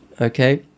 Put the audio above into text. okay